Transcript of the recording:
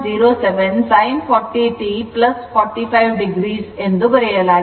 07 sin 40 t 45 o ಎಂದು ಬರೆಯಲಾಗಿದೆ